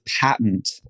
patent